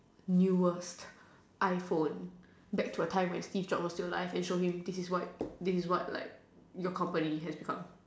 newest I phone back to the time when Steve job was still alive and show him this is what this is what like your company has become